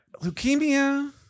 Leukemia